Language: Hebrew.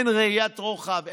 אין ראיית רוחב,